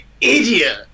idiot